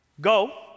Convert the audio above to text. Go